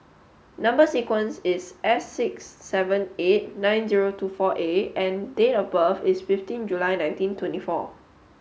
number sequence is S six seven eight nine zero two four A and date of birth is fifteen July nineteen twenty four